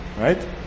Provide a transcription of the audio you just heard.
right